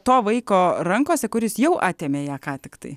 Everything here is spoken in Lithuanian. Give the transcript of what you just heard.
to vaiko rankose kuris jau atėmė ją ką tiktai